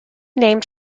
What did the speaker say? named